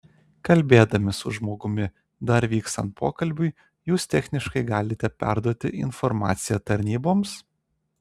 kalbėdami su žmogumi dar vykstant pokalbiui jūs techniškai galite perduoti informaciją tarnyboms